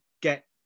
get